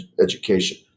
education